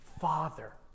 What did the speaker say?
father